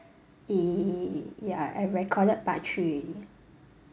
!ee! ya I recorded part three already